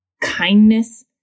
kindness